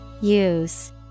Use